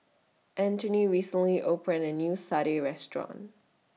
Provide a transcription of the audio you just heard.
Anthoney recently opened A New Satay Restaurant